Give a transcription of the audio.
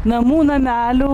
namų namelių